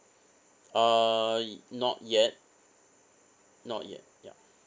uh not yet not yet yup